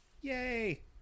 Yay